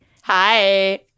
Hi